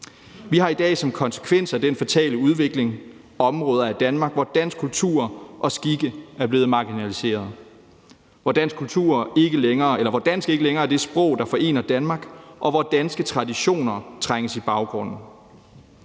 Vi har i dag som en konsekvens af den fatale udvikling områder i Danmark, hvor dansk kultur og danske skikke er blevet marginaliseret, hvor dansk ikke længere er det sprog, der forener Danmark, og hvor danske traditioner trænges i baggrunden.